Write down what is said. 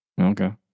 Okay